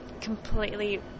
completely